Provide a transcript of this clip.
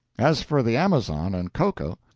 as for the amazon and cocoa,